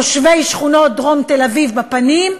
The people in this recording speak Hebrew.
תושבי שכונות דרום תל-אביב בפנים?